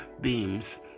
beams